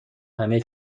همه